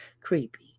creepy